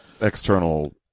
external